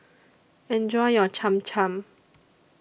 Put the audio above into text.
Enjoy your Cham Cham